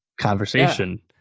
conversation